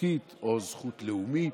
אלוקית או זכות לאומית.